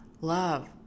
love